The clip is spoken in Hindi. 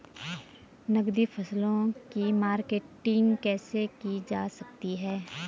नकदी फसलों की मार्केटिंग कैसे की जा सकती है?